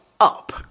up